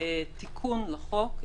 תיקון לחוק,